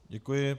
Děkuji.